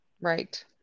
Right